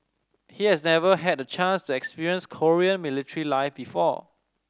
he has never had the chance to experience Korean military life before